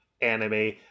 anime